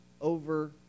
over